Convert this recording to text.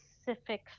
specific